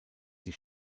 die